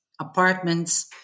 apartments